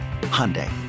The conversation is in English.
Hyundai